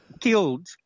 killed